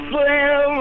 Slim